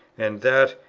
and that,